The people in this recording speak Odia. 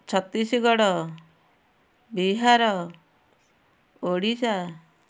ଛତିଶଗଡ଼ ବିହାର ଓଡ଼ିଶା